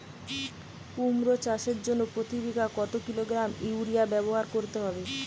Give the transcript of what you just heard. কুমড়ো চাষের জন্য প্রতি বিঘা কত কিলোগ্রাম ইউরিয়া ব্যবহার করতে হবে?